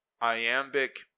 iambic